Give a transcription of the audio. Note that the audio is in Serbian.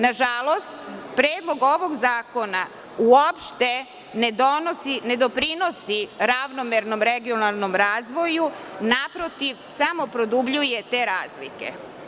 Nažalost, predlog ovog zakona uopšte ne doprinosi ravnomernom regionalnom razvoju, naprotiv, samo produbljuje te razlike.